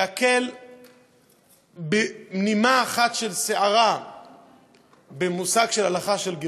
להקל בנימה אחת של שערה במושג של הלכה של גרות.